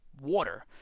water